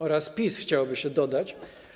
Oraz PiS - chciałoby się dodać.